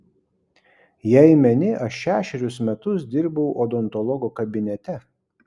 jei meni aš šešerius metus dirbau odontologo kabinete